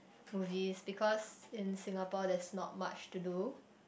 movies because in Singapore there's not much to do